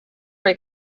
ray